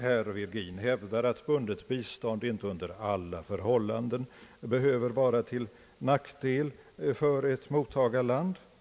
Herr Virgin hävdar att bundet bistånd inte under alla förhållanden behöver vara till nackdel för ett mottagarland.